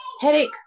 headache